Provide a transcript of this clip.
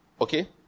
okay